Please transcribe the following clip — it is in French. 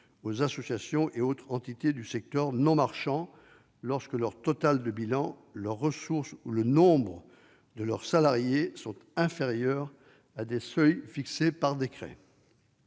aux associations et autres entités du secteur non marchand, lorsque leur total de bilan, leurs ressources ou le nombre de leurs salariés sont inférieurs à des seuils fixés par décret.